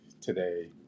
today